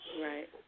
Right